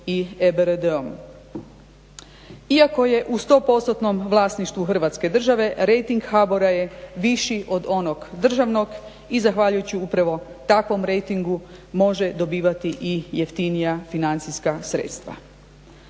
Iako je u 100%-tnom vlasništvu Hrvatske države rejting HBOR-a je viši od onog državnog i zahvaljujući upravo takvom rejtingu može dobivati i jeftinija financijska sredstva.